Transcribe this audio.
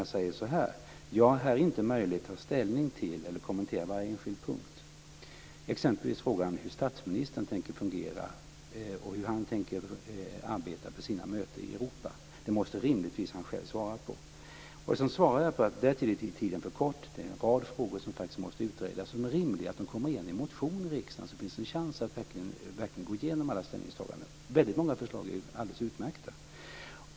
Jag säger i svaret: "Jag har här inte möjlighet att ta ställning till eller kommentera varje enskild punkt". Det gäller exempelvis frågan hur statsministern tänker agera och hur han tänker arbeta på sina möten i Europa. Det måste rimligtvis han själv svara på. Sedan sade jag: "Därtill är tiden för kort". Det är en rad frågor som måste utredas. Det är rimligt att de kommer igen i motioner i riksdagen så att det finns en chans att verkligen gå igenom alla ställningstaganden. Väldigt många förslag är alldeles utmärkta.